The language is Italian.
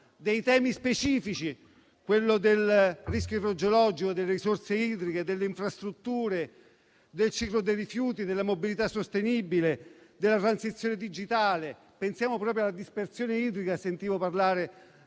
temi specifici, come il rischio idrogeologico, le risorse idriche, le infrastrutture, il ciclo dei rifiuti, la mobilità sostenibile e la transizione digitale. Pensiamo proprio alla dispersione idrica, di cui sentivo parlare